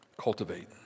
Cultivate